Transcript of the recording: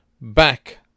back